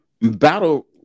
battle